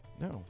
No